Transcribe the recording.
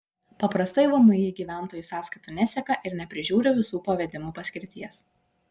paprastai vmi gyventojų sąskaitų neseka ir neprižiūri visų pavedimų paskirties